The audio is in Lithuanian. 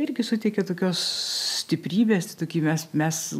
irgi suteikia tokios stiprybės tokį mes mes